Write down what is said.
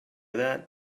that